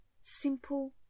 Simple